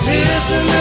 Listen